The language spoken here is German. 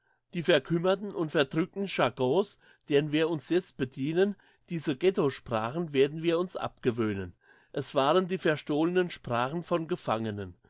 die verkümmerten und verdrückten jargons deren wir uns jetzt bedienen diese ghettosprachen werden wir uns abgewöhnen es waren die verstohlenen sprachen von gefangenen